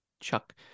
chuck